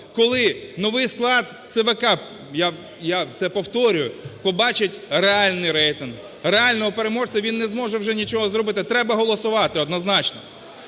коли новий склад ЦВК, я це повторюю, побачить реальний рейтинг реального переможця, він не зможе вже нічого зробити. Треба голосувати однозначно,